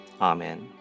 Amen